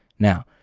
now,